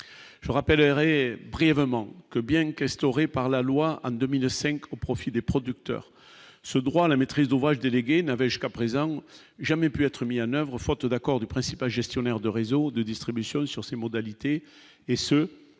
je rappellerai brièvement que bien question et par la loi en 2005 au profit des producteurs, ce droit à la maîtrise d'ouvrage déléguée n'avait jusqu'à présent jamais pu être mis en oeuvre faute d'accord du principal gestionnaire de réseau de distribution sur ses modalités et ce